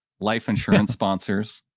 life insurance sponsors.